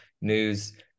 news